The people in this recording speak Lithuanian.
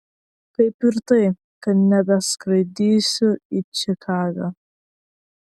kaip ir tai kad nebeskraidysiu į čikagą